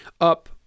up